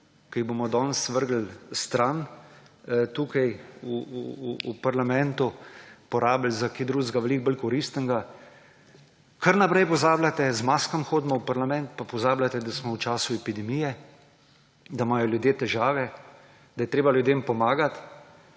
ki jih bomo danes vrgli stran tukaj v parlamentu, porabili za kaj drugega, veliko bolj koristnega. Kar naprej pozabljate, z maskam hodimo v parlament, pa pozabljate, da smo v času epidemije, da imajo ljudje težave, da je treba ljudem pomagati.